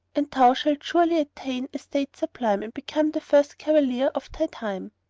and thou shalt surely attain estate sublime and become the first cavalier of thy time.